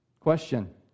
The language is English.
Question